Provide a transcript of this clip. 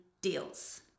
deals